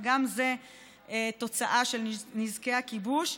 גם זה תוצאה של נזקי הכיבוש,